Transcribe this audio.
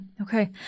Okay